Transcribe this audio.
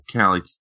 Callie